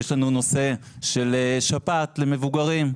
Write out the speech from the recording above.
יש לנו נושא של חיסון שפעת למבוגרים,